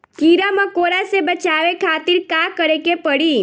कीड़ा मकोड़ा से बचावे खातिर का करे के पड़ी?